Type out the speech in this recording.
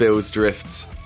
Drifts